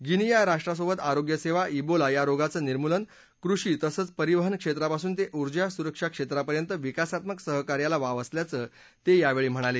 guinea या राष्ट्रासोबत आरोग्यसेवा ब्रोला या रोगाचं निर्मूलन कृषी तसंच परिवहन क्षेत्रापासून ते उर्जासुरक्षा क्षेत्रापर्यंत विकासात्मक सहकार्याला वाव असल्याचं ते यावेळी म्हणाले